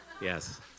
Yes